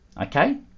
Okay